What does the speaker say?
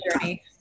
journey